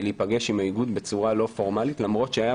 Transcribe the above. להיפגש עם האיגוד בצורה לא פורמלית למרות שהייתה